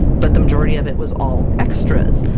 but the majority of it was all extras!